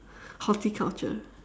horticulture